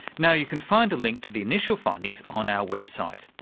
now you can find a link to the initial findings on our website.